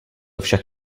však